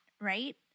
right